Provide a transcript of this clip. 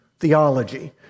theology